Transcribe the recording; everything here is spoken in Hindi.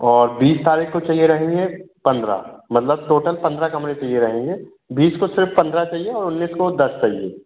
और बीस तारीख को चाहिए रहेंगे पन्द्रह मतलब टोटल पन्द्रह कमरे चाहिए रहेंगे बीस को सिर्फ़ पन्द्रह चाहिए और उन्नीस को दस चाहिए